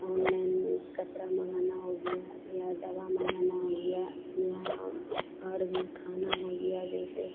online कपड़ा मँगाना हो गया या दवा मँगाना हो गया या और भी खाना हो गया जैसे